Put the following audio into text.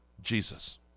Jesus